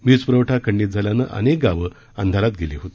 वीजपुरवठा खंडित झाल्यानं अनेक गावं अंधारात गेली होती